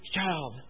child